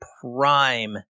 prime